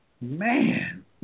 Man